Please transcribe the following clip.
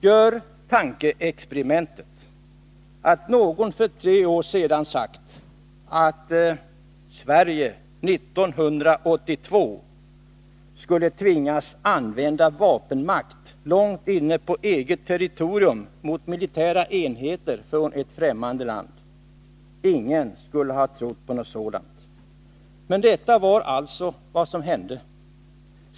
Gör tankeexperimentet att någon för tre år sedan hade sagt att Sverige 1982 skulle tvingas använda vapenmakt långt inne på eget territorium mot militära enheter från ett främmande land! Ingen skulle ha trott på något sådant. Men detta var alltså vad som hände.